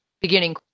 beginning